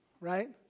right